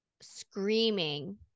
screaming